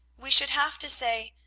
we should have to say,